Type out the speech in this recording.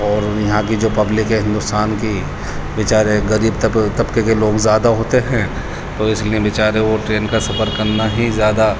اور یہاں کی جو پبلک ہے ہندوستان کی بیچارے غریب طبقے کے لوگ زیادہ ہوتے ہیں تو اس لیے بیچارے وہ ٹرین کا سفر کرنا ہی زیادہ